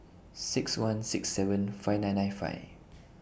six one six seven five nine nine five